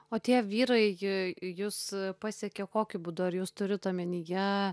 o tie vyrai j jus pasiekia kokiu būdu ar jūs turit omenyje